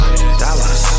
dollars